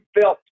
felt